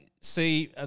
see